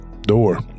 door